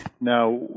now